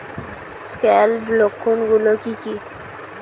Scab লক্ষণ গুলো কি কি?